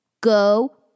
Go